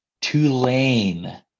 Tulane